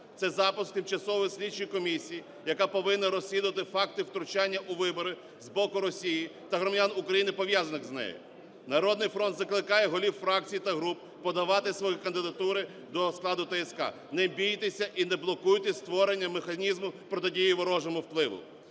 Це запуск тимчасової слідчої комісії, яка повинна розслідувати факти втручання у вибори з боку Росії та громадян України, пов'язаних з нею. "Народний фронт" закликає голів фракцій та груп подавати свої кандидатури до складу ТСК. Не бійтеся і не блокуйте створення механізму протидії ворожому впливу.